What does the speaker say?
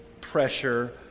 pressure